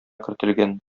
кертелгән